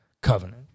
Covenant